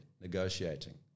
negotiating